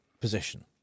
position